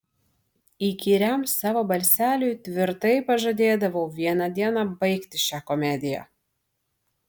įkyriam savo balseliui tvirtai pažadėdavau vieną dieną baigti šią komediją